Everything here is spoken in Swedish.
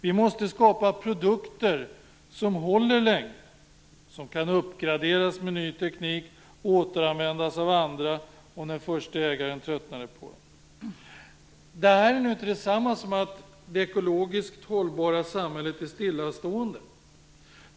Vi måste skapa produkter som håller länge, som kan uppgraderas med ny teknik och återanvändas av andra om den första ägaren tröttnar. Detta är nu inte detsamma som att det ekologiskt hållbara samhället är stillastående.